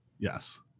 Yes